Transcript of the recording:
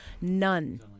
none